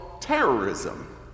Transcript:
terrorism